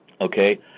okay